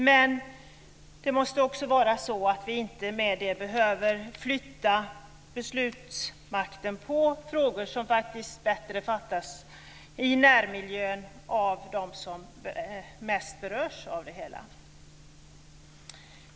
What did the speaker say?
Men det måste också vara så att vi i och med det inte behöver flytta beslutsmakten när det gäller frågor som det faktiskt bättre fattas beslut om i närmiljön av dem som mest berörs av dem.